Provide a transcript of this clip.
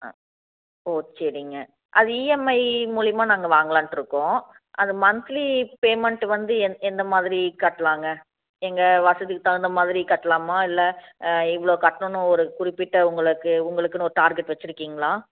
ஆ ஓ சரிங்க அது இஎம்ஐ மூலியமாக நாங்கள் வாங்கலாம்ன்ட்டு இருக்கோம் அது மந்த்லி பேமெண்ட்டு வந்து எந் எந்த மாதிரி கட்டலாங்க எங்கள் வசதிக்கு தகுந்த மாதிரி கட்டலாமா இல்லை இவ்வளோ கட்டணுன்னு ஒரு குறிப்பிட்ட உங்களுக்கு உங்களுக்குன்னு ஒரு டார்கெட் வச்சுருக்கீங்களா